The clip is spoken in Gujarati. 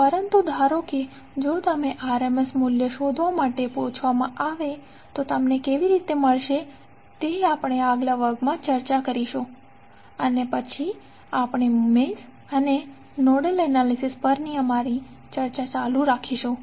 પરંતુ ધારો કે જો તમને આરએમએસ મૂલ્ય શોધવા માટે પૂછવામાં આવે તો તમને કેવી રીતે મળશે તે આપણે આગલા વર્ગમાં ચર્ચા કરીશું અને પછી આપણે મેશ અને નોડલ એનાલિસિસ પરની અમારી ચર્ચા ચાલુ રાખીશું